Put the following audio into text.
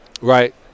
right